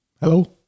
Hello